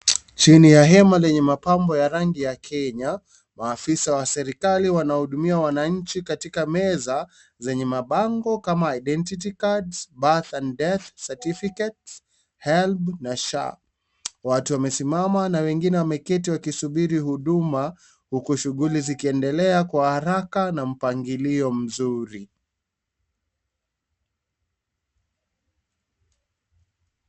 Chini ya hema lenye mapambo ya rangi ya Kenya, maafisa wa serikali wanaohudumia wananchi katika meza zenye mabango kama (cs) identity card birth and death certificate helb na SHA (cs) watu wamesimama na wengine wameketi wakisubiri huduma huku shughuli zikindelea kwa haraka na mpangilio mzuri .